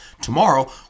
tomorrow